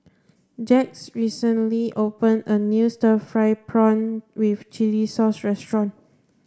Jax recently open a new stir fried prawn with chili sauce restaurant